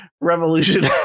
Revolution